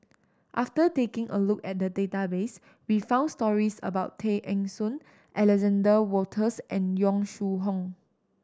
after taking a look at the database we found stories about Tay Eng Soon Alexander Wolters and Yong Shu Hoong